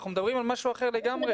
אנחנו מדברים על משהו אחר לגמרי.